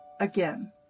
again